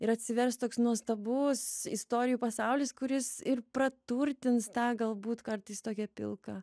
ir atsivers toks nuostabus istorijų pasaulis kuris ir praturtins tą galbūt kartais tokią pilką